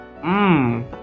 Mmm